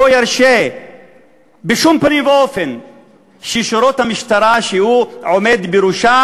לא ירשה בשום פנים ואופן ששורות המשטרה שהוא עומד בראשה